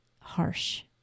harsh